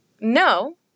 no